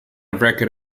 record